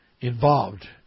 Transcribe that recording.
involved